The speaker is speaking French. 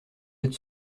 êtes